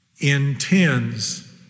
intends